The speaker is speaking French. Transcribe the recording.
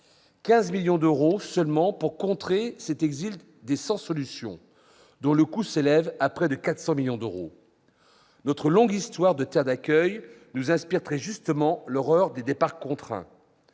15 millions d'euros seulement pour contrer cet « exil des sans-solution » dont le coût s'élève à près de 400 millions d'euros ? Notre longue histoire de terre d'accueil nous inspire très justement l'horreur des départs contraints.